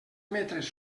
metres